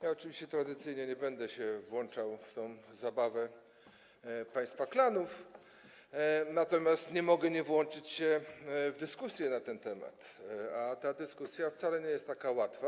Ja oczywiście tradycyjnie nie będę się włączał w tę państwa zabawę klanów, natomiast nie mogę nie włączyć się w dyskusję na ten temat, a ta dyskusja wcale nie jest taka łatwa.